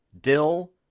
Dill